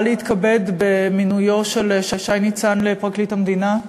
להתכבד במינויו של שי ניצן לפרקליט המדינה.